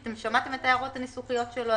אתם מכירים את ההערות הניסוחיות שלו?